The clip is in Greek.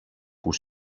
που